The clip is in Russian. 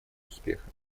успеха